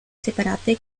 separate